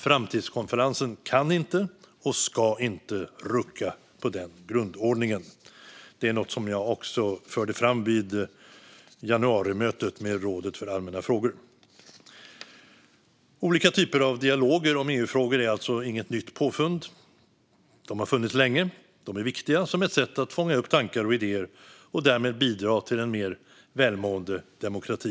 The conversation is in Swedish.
Framtidskonferensen kan inte och ska inte rucka på den grundordningen. Det är något som jag också förde fram vid januarimötet med rådet för allmänna frågor. Olika typer av dialoger om EU-frågor är alltså inget nytt påfund. De har funnits länge, och de är viktiga, som sätt att fånga upp tankar och idéer och därmed bidra till en mer välmående demokrati.